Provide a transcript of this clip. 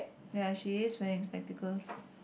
ya she is wearing spectacles